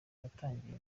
yatangiye